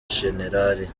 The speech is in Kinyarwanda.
jenerali